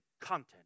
content